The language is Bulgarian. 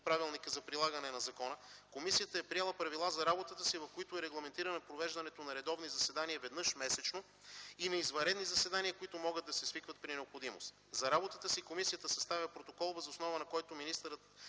Правилника за прилагане на закона комисията е приела правила за работата си, в които е регламентирано провеждането на редовни заседания веднъж месечно и на извънредни заседания, които могат да се свикват при необходимост. За работата си комисията съставя протокол, въз основа на който министърът